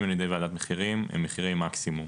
על ידי ועדת המחירים הם מחירי מקסימום.